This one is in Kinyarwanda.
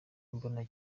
mbona